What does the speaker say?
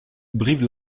brive